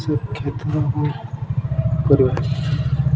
କରିବା